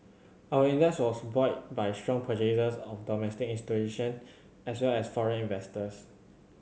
our index was buoyed by strong purchases of domestic institution as well as foreign investors